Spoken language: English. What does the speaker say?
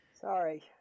Sorry